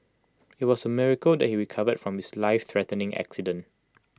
IT was A miracle that he recovered from his lifethreatening accident